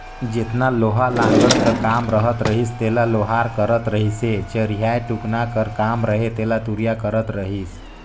जेतना लोहा लाघड़ कर काम रहत रहिस तेला लोहार करत रहिसए चरहियाए टुकना कर काम रहें तेला तुरिया करत रहिस